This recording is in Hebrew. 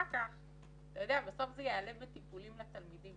בסוף זה יעלה בטיפולים לתלמידים